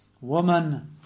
Woman